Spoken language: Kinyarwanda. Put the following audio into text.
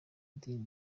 idini